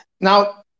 now